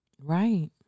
Right